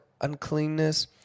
uncleanness